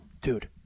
Dude